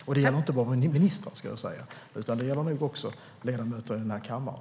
Och det gäller inte bara ministrar, utan det gäller nog också ledamöter i den här kammaren.